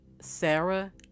Sarah